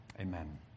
amen